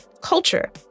culture